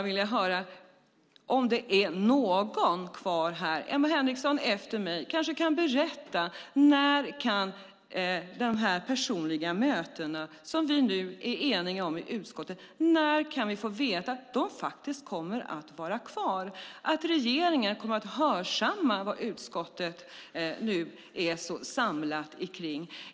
Om någon är kvar här - Emma Henriksson är efter mig - kanske jag kan få höra när vi kommer att få veta om de personliga mötena som vi är eniga om i utskottet faktiskt kommer att vara kvar och att regeringen kommer att hörsamma vad utskottet nu är så samlat kring.